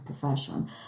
profession